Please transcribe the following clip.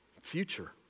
future